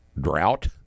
drought